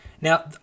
Now